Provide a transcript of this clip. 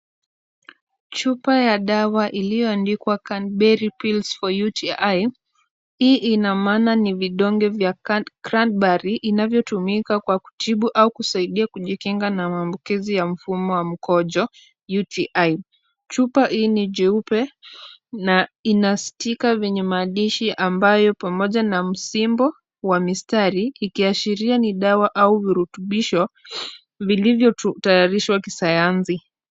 Chupa ya dawa ilioandikwa canberry pills for UTI. Hii inamaana ni vidonge vya Cradbury inavyotumika kwa kutibu au kusaidia kujikinga na maambukizi ya mfumo wa mkojo, UTI . Chupa hii ni jeupe na ina stika venye maandishi ambayo pamoja na msimbo wa mistari ikiashiria ni dawa au virutubisho vilivyotayarishwa kisayansi.